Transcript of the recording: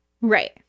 Right